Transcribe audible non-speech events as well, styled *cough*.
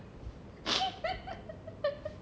*laughs*